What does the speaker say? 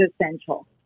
essential